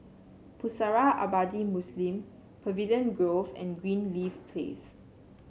Pusara Abadi Muslim Pavilion Grove and Greenleaf Place